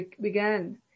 began